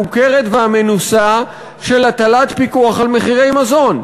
המוכרת והמנוסה של הטלת פיקוח על מחירי מזון,